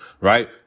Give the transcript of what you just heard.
right